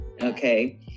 Okay